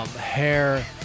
hair